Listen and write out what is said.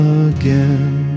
again